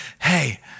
hey